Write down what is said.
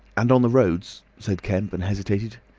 and on the roads, said kemp, and hesitated.